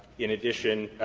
in addition,